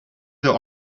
their